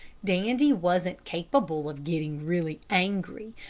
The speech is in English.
dandy wasn't capable of getting really angry,